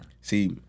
See